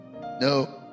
no